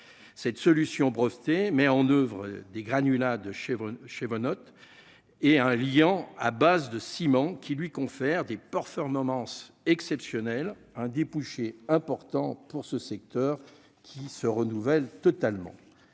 cette solution brevetée met en oeuvre des granulats de chèvre chez vos notes et un Vian à base de ciment qui lui confère des porteurs moment s'exceptionnel. Un débouché important pour ce secteur qui se renouvelle totalement